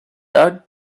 tucked